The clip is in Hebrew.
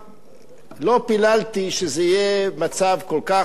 לא פיללתי שזה יהיה מצב כל כך קשה,